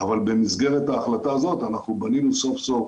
אבל במסגרת ההחלטה הזו אנחנו בנינו סוף סוף,